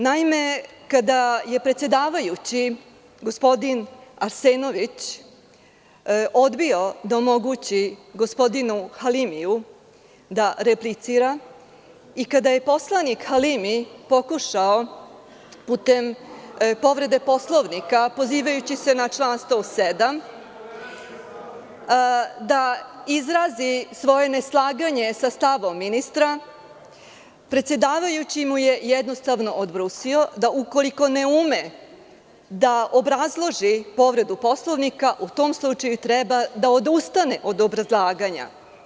Naime, kada je predsedavajući, gospodin Arsenović, odbio da omogući gospodinu Halimiju da replicira i kada je poslanik Halimi pokušao putem povrede Poslovnika, pozivajući se na član 107. da izrazi svoje neslaganje sa stavom ministra, predsedavajući mu je jednostavno odbrusio da ukoliko ne ume da obrazloži povredu Poslovnika, u tom slučaju treba da odustane od obrazlaganja.